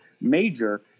major